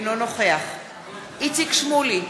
אינו נוכח איציק שמולי,